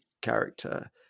character